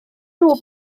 nhw